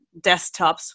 desktops